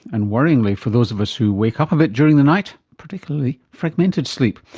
and worryingly for those of us who wake up a bit during the night, particularly fragmented sleep.